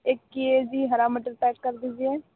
एक K G हरा मटर पैक कर दीजिए